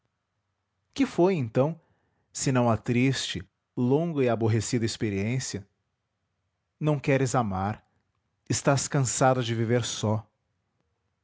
que foi então senão a triste longa e aborrecida experiência não queres amar estás cansada de viver só